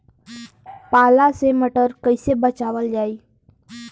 पाला से मटर कईसे बचावल जाई?